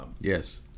yes